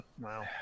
Wow